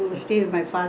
I stayed in chennai